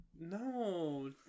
no